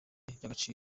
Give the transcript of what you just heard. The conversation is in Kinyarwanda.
y’agaciro